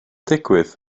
digwydd